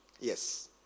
Yes